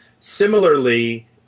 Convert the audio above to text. Similarly